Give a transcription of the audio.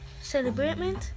celebration